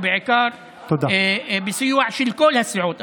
ובעיקר בסיוע של כל הסיעות,